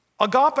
Agape